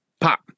pop